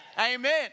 Amen